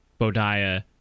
Bodiah